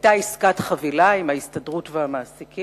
היתה עסקת חבילה טובה של הממשלה עם ההסתדרות ועם המעסיקים